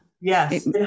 Yes